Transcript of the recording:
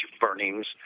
burnings